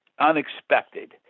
unexpected